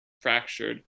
fractured